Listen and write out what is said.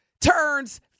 turns